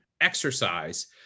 exercise